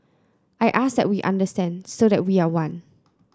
I ask that we understand so that we are one